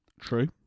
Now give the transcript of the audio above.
True